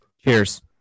Cheers